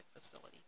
facility